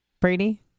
Brady